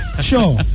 Sure